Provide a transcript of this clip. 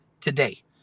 today